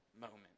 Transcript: moment